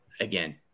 Again